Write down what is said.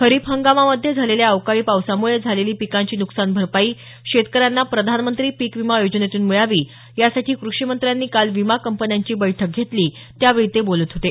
खरीप हंगामामध्ये झालेल्या अवकाळी पावसामुळे झालेली पिकांची नुकसान भरपाई शेतकऱ्यांना प्रधानमंत्री पीक विमा योजनेतून मिळावी यासाठी क्रषीमंत्र्यांनी काल विमा कंपन्यांची बैठक घेतली त्यावेळी ते बोलत होते